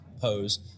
pose